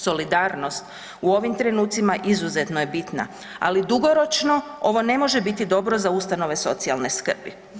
Solidarnost u ovim trenucima izuzetno je bitna, ali dugoročno ovo ne može biti dobro za ustanove socijalne skrbi.